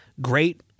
great